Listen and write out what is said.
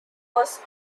was